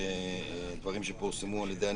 דברים שפורסמו על-ידם,